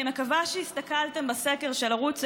אני קובעת כי הצעת חוק הרשויות המקומיות